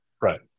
Right